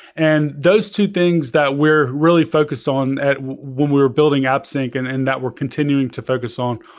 and those two things that we're really focused on at when we we're building appsync and and that we're continuing to focus on,